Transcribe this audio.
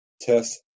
test